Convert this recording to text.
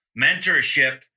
mentorship